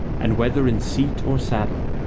and whether in seat or saddle,